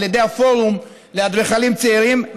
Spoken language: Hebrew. על ידי הפורום לאדריכלים צעירים.